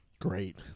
great